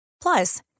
Plus